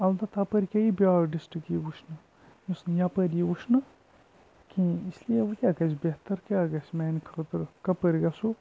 اَلبتہ اپٲرۍ کیاہ یی بیاکھ ڈِسٹرک یی وٕچھنہٕ یُس نہٕ یَپٲرۍ یی وٕچھنہٕ کِہیٖنۍ اسلیے وۄنۍ کیاہ گَژھِ بہتَر کیاہ گَژھِ میانہِ خٲطرٕ کَپٲرۍ گَژھو